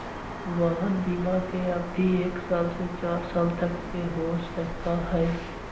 वाहन बिमा के अवधि एक साल से चार साल तक के हो सका हई